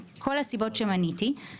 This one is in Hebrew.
מכל הסיבות שמניתי,